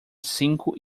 cinco